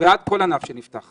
צריך